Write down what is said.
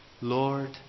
Lord